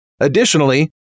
Additionally